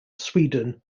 sweden